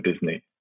Disney